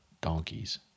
donkeys